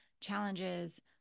challenges